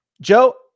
Joe